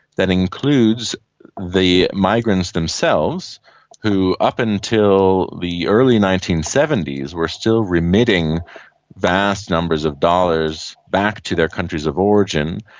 that includes the migrants themselves who up until the early nineteen seventy s were still remitting vast numbers of dollars back to their countries of origin,